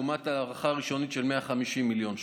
לעומת ההערכה הראשונית של 150 מיליון ש"ח.